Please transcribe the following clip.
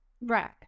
right